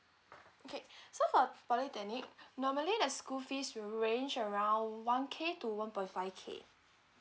okay so for polytechnic normally their school fees will range around one K to one point five K